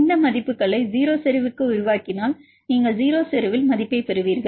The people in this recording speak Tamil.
இந்த மதிப்புகளை 0 செறிவுக்கு விரிவாக்கினால் நீங்கள் 0 செறிவில் மதிப்பைப் பெறுவீர்கள்